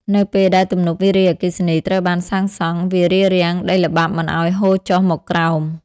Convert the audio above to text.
នៅពេលដែលទំនប់វារីអគ្គិសនីត្រូវបានសាងសង់ វារារាំងដីល្បាប់មិនឲ្យហូរចុះមកក្រោម។